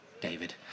David